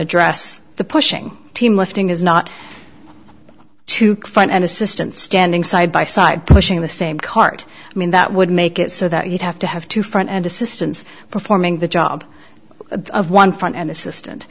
address the pushing team lifting is not to find an assistant standing side by side pushing the same cart i mean that would make it so that you'd have to have two front end assistants performing the job of one front and assistant